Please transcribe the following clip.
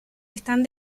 están